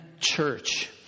Church